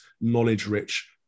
knowledge-rich